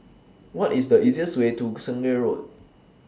What IS The easiest Way to Sungei Road